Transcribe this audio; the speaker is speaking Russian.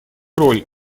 роль